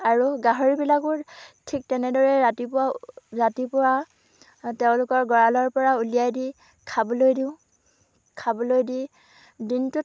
আৰু গাহৰিবিলাকৰ ঠিক তেনেদৰে ৰাতিপুৱা ৰাতিপুৱা তেওঁলোকৰ গৰালৰ পৰা উলিয়াই দি খাবলৈ দিওঁ খাবলৈ দি দিনটোত